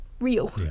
real